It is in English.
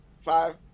five